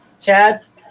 Chad's